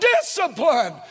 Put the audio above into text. discipline